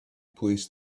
placed